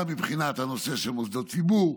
גם מבחינת הנושא של מוסדות ציבור,